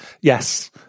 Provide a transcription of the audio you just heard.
Yes